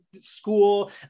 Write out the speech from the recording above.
school